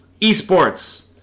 esports